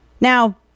Now